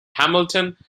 hamilton